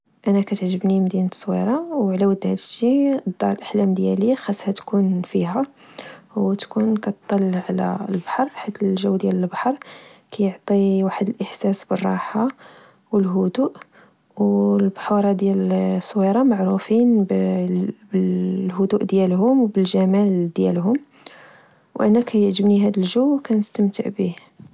أنا كتعجبني مدينة الصويرة، وعلى ود هاد الشي، الدار دالأحلام ديالي خاصها تكون فيها، و تكون كطل على البحر، حيت الجو ديال البحر كعطي واحد الإحساس بالراحة و الوهدوء. والبحورة ديال الصويرة معروفين بالهدوء ديالهم و بالجمال ديالهم، وأنا كعجبني هاد الجو و كنستمتع بيه.